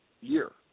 year